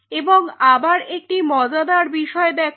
এবং আবার একটি মজাদার বিষয় দেখো